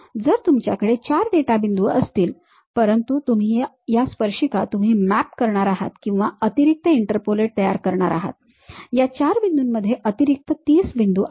तर तुमच्याकडे 4 डेटा बिंदू असतील परंतु या स्पर्शिका तुम्ही मॅप करणार आहात किंवा अतिरिक्त इंटरपोलेट तयार करणार आहात या 4 बिंदूंमध्ये अतिरिक्त 30 बिंदू आहेत